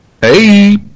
Hey